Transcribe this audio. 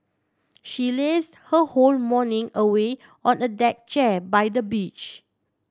she laze her whole morning away on a deck chair by the beach